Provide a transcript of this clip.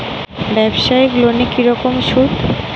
ব্যবসায়িক লোনে কি রকম সুদ?